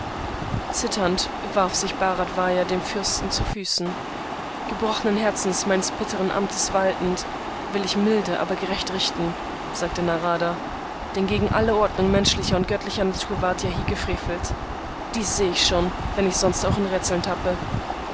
zitternd warf sich bharadvasa dem fürsten zu füßen gebrochenen herzens meines bitteren amtes waltend will ich milde aber gerecht richten sagte narada denn gegen alle ordnung menschlicher und göttlicher natur ward ja hier gefrevelt dies sehe ich schon wenn ich sonst auch in rätseln tappe